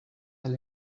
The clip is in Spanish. del